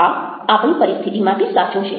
આ આપણી પરિસ્થિતિ માટે સાચું છે